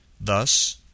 Thus